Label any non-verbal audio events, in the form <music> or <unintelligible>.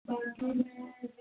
<unintelligible>